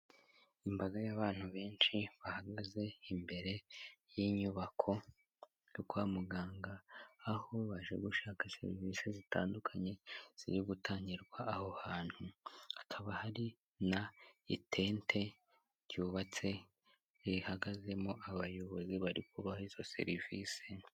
Imbaga y'abantu benshi bahagaze imbere y'inyubako kwa muganga aho baje gushaka serivisi zitandukanye ziri gutangirwa aho hantu hakaba hari n'itente ryubatse rihagazemo abayobozi bari kubaha izo serivisi.